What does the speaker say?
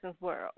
world